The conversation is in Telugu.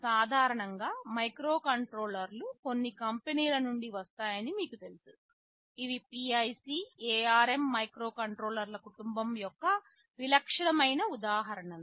సాధారణంగా మైక్రోకంట్రోలర్లు కొన్ని కంపెనీల నుండి వస్తాయని మీకు తెలుసు ఇవి PIC ARM మైక్రోకంట్రోలర్ల కుటుంబం యొక్క విలక్షణమైన ఉదాహరణలు